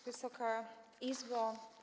Wysoka Izbo!